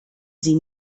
sie